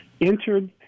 entered